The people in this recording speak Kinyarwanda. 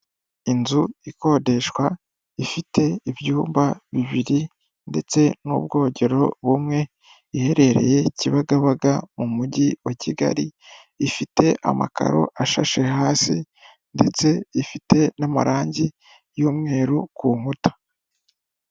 Inzu ikodeshwa ifite ibyumba bibiri ndetse n'ubwogero bumwe iherereye kibagabaga mu mujyi wa kigali ifite amakaro ashashe hasi ndetse ifite n'amarangi y'umweru ku nkuta.